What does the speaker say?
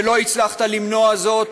ולא הצלחת למנוע זאת,